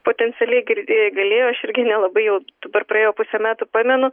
potencialiai girdė galėjo aš irgi nelabai jau dabar praėjo pusė metų pamenu